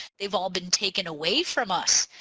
they've all been taken away from us.